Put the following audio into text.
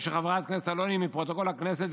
של חברת הכנסת אלוני מפרוטוקול הכנסת,